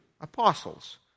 Apostles